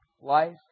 life